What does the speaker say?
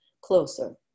closer